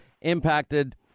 impacted